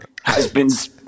husband's